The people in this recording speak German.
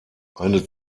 eine